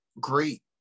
Great